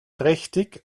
trächtig